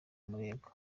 umurego